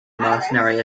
mercenary